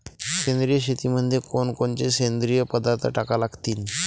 सेंद्रिय शेतीमंदी कोनकोनचे सेंद्रिय पदार्थ टाका लागतीन?